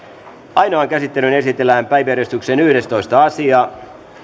ainoaan käsittelyyn esitellään päiväjärjestyksen yhdestoista asia